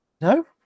no